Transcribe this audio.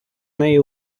неї